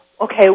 Okay